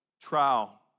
trial